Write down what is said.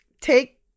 take